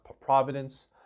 providence